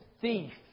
thief